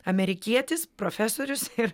amerikietis profesorius ir